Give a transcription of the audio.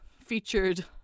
featured